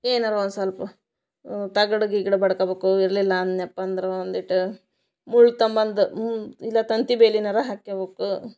ಏನಾರ ಒಂದು ಸೊಲ್ಪ ತಗಡು ಗಿಗಡು ಬಡ್ಕಬೇಕು ಇರಲಿಲ್ಲ ಅಂದ್ನ್ಯಪ್ಪ ಅಂದ್ರೆ ಒಂದು ಇಟ ಮುಳ್ಳು ತಂಬಂದು ಮು ಇಲ್ಲ ತಂತಿ ಬೇಲಿನಾರೂ ಹಾಕೋಬೇಕು